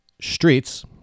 streets –